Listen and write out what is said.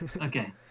Okay